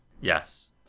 Yes